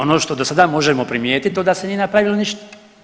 Ono što do sada možemo primijetiti, to da se nije napravilo ništa.